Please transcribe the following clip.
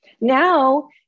Now